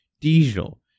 Diesel